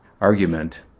argument